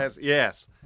Yes